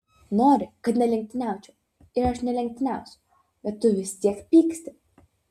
nori kad nelenktyniaučiau ir aš nelenktyniausiu bet tu vis tiek pyksti